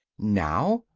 now?